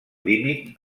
límit